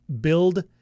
build